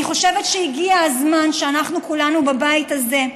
אני חושבת שהגיע הזמן שאנחנו, כולנו בבית הזה,